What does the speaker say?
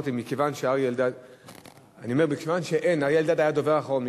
אריה אלדד היה הדובר האחרון.